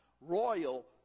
royal